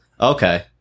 Okay